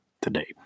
today